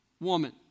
woman